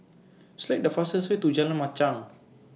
Select The fastest Way to Jalan Machang